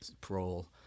parole